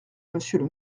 monsieur